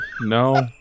No